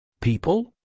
People